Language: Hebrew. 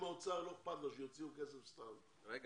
אם לאוצר לא אכפת שיוציאו כסף סתם --- רגע,